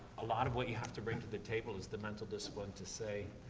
a lot of what you have to bring to the table is the mental discipline to say,